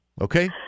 Okay